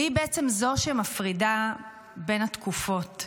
והיא זו שמפרידה בין התקופות,